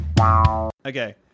Okay